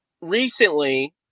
recently